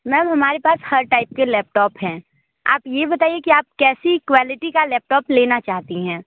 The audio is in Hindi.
मैम हमारे पास हर टाइप के लैपटॉप हैं आप यह बताइए कि आप कैसी क्वॉलिटी का लैपटॉप लेना चाहती हैं